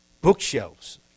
bookshelves